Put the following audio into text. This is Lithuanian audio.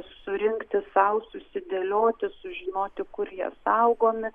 surinkti sau susidėlioti sužinoti kur jie saugomi